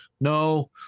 no